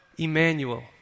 Emmanuel